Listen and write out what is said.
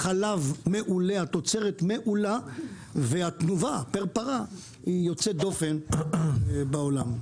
החלב והתוצרת מעולים והתנובה פר פרה יוצאת דופן בעולם,